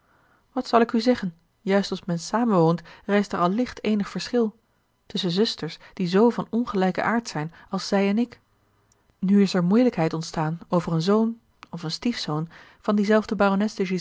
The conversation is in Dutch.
wat zal ik u zeggen juist als men samenwoont rijst er al licht eenig verschil tusschen zusters die zoo van ongelijken aard zijn als zij en ik nu is er moeielijkheid ontstaan over een zoon of een stiefzoon van diezelfde barones